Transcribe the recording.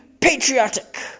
patriotic